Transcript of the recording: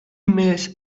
mails